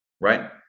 right